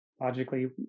logically